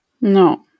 no